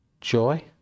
Joy